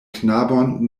knabon